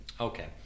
okay